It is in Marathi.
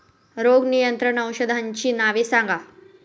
रोग नियंत्रण औषधांची नावे सांगा?